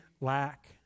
lack